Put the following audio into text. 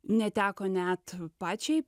neteko net pačiai